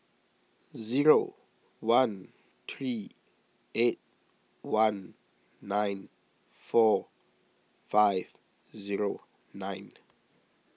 zero one three eight one nine four five zero nine